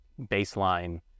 baseline